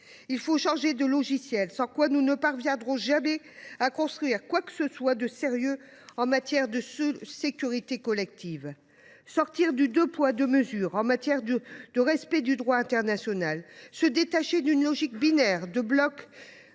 Il faut changer de logiciel, sans quoi nous ne parviendrons jamais à construire quoi que ce soit de sérieux en matière de sécurité collective. Nous devons sortir du « deux poids, deux mesures » en matière de respect du droit international et nous détacher d’une logique binaire,